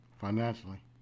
financially